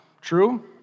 true